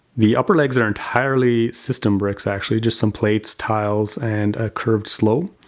the upper legs are entirely system bricks actually, just some plates tiles and a curved slope,